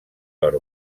per